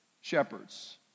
shepherds